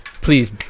Please